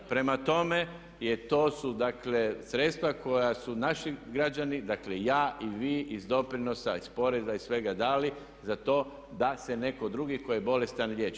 Prema tome, to su dakle sredstva koja su naši građani, dakle ja i vi iz doprinosa, iz poreza i svega dali za to da se netko drugi tko je bolestan liječi.